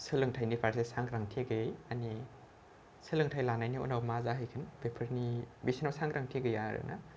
सोलोंथाइनि फारसे सांग्रांथि गैयै मानि सोलोंथाइ लानायनि उनाव मा जाहैगोन बेफोरनि बिसोरनाव सांग्रांथि गैया आरो ना